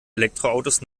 elektroautos